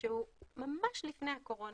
שהוא פורסם ממש לפני הקורונה,